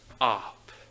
up